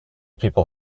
people